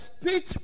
speech